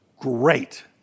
great